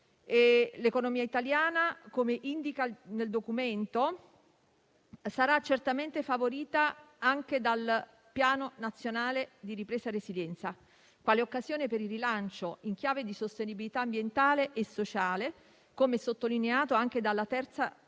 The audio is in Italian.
L'economia italiana, come indica il Documento, sarà certamente favorita anche dal Piano nazionale di ripresa e resilienza, quale occasione per il rilancio in chiave di sostenibilità ambientale e sociale, come sottolineato anche dalla terza